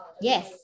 Yes